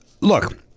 Look